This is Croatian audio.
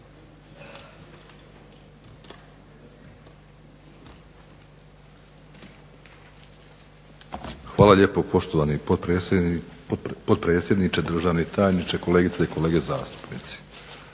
Hvala lijepo, poštovani potpredsjedniče. Državni tajniče, kolegice i kolege zastupnici.